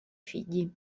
figli